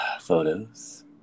Photos